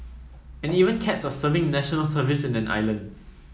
and even cats are serving National Service in an island